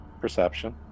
Perception